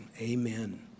amen